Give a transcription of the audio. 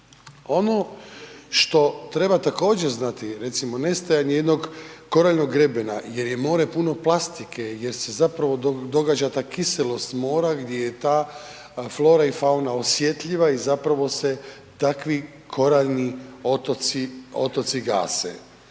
Ono što treba također znati, recimo nestaje nijednog koraljnog grebena jer je more puno plastike, jer se zapravo događa ta kiselost mora gdje je ta flora i fauna osjetljiva i zapravo se takvi koraljni otoci gase.